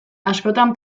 askotan